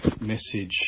message